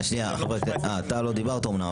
אתה לא דיברת.